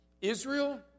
Israel